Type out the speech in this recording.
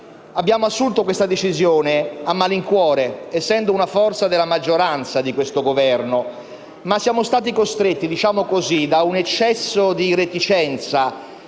Abbiamo assunto questa decisione a malincuore, essendo una forza della maggioranza di questo Governo, ma siamo stati costretti da un eccesso di reticenza